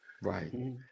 Right